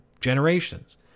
generations